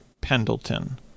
Pendleton